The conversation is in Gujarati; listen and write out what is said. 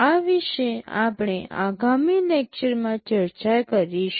આ વિશે આપણે આગામી લેક્ચરમાં ચર્ચા કરીશું